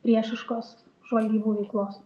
priešiškos žvalgybų veiklos